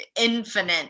infinite